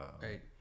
Right